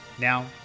Now